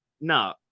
no